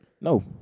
No